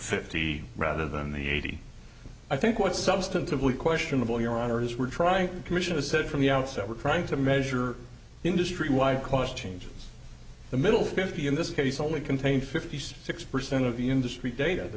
fifty rather than the eighty i think what substantively questionable your honor is we're trying commission has said from the outset we're trying to measure industry wide cost changes the middle fifty in this case only contain fifty six percent of the industry data the